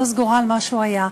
אני לא סגורה על מה שהוא היה.